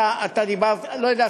לא יודע,